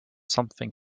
something